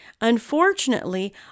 Unfortunately